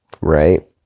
right